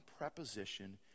preposition